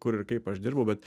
kur ir kaip aš dirbu bet